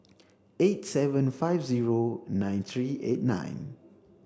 eight seven five zero nine three eight nine